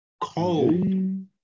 Cold